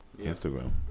Instagram